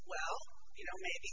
well you know maybe